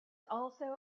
also